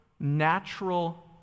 Natural